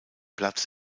platz